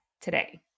today